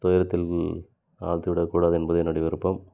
துயரத்தில் ஆழ்த்திவிட கூடாது என்பது என்னுடைய விருப்பம்